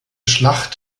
schlacht